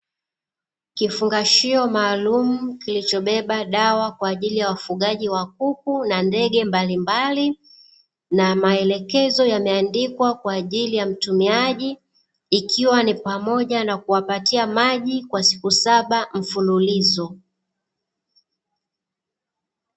Kifungashio maalumu, kilichobeba dawa kwa ajili ya wafugaji wa kuku na ndege mbalimbali, na maelekezo yameandikwa kwa ajili ya mtumiaji, ikiwa ni pamoja na kuwapatia maji kwa siku saba mfululizo.